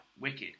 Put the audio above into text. wicked